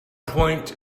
point